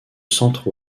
centre